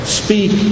speak